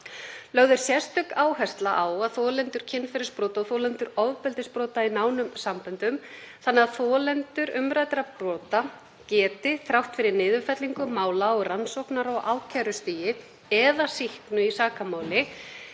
Lögð er sérstök áhersla á þolendur kynferðisbrota og þolendur ofbeldisbrota í nánum samböndum þannig að þolendur umræddra brota geti, þrátt fyrir niðurfellingu mála á rannsóknar- og ákærustigi eða sýknu í sakamáli,